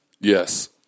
Yes